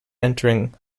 entering